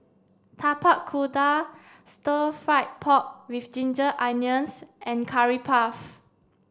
Tapak Kuda stir fried pork with ginger onions and curry puff